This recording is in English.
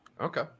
okay